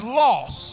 loss